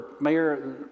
mayor